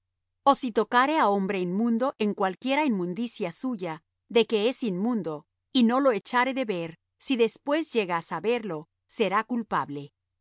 o si tocare á hombre inmundo en cualquiera inmundicia suya de que es inmundo y no lo echare de ver si después llega á saberlo será culpable